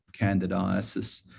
candidiasis